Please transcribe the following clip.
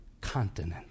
continent